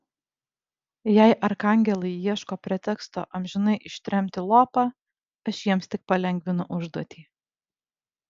jei arkangelai ieško preteksto amžinai ištremti lopą aš jiems tik palengvinu užduotį